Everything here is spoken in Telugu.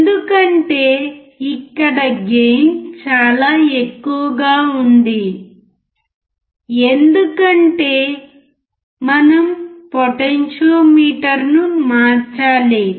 ఎందుకంటే ఇక్కడ గెయిన్ చాలా ఎక్కువగా ఉంది ఎందుకంటే మనం పొటెన్షియోమీటర్ను మార్చాలి